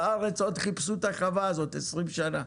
בארץ עוד חיפשו את החווה הזאת 20 שנה.